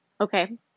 okay